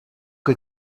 que